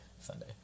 Sunday